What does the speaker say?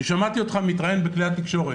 אני שמעתי אותך מתראיין בכלי התקשורת.